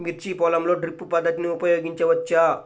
మిర్చి పొలంలో డ్రిప్ పద్ధతిని ఉపయోగించవచ్చా?